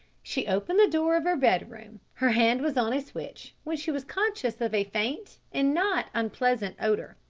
she opened the door of her bedroom, her hand was on a switch, when she was conscious of a faint and not unpleasant odour.